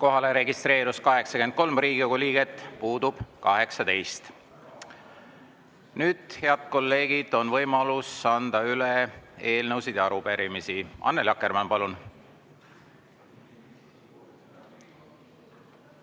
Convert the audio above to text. Kohalolijaks registreerus 83 Riigikogu liiget, puudub 18.Nüüd, head kolleegid, on võimalus anda üle eelnõusid ja arupärimisi. Annely Akkermann, palun!